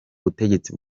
butegetsi